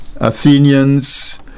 Athenians